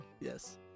Yes